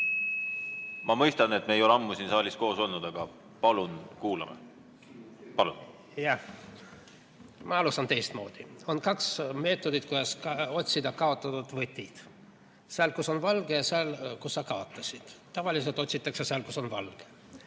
Ma mõistan, et me ei ole ammu siin saalis koos olnud, aga palun kuulame. Palun! Jah. Ma alustan teistmoodi. On kaks meetodit, kuidas otsida kaotatud võtit: sealt, kus on valge, ja sealt, kus sa kaotasid. Tavaliselt otsitakse sealt, kus on valge.